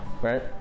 right